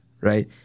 right